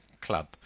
club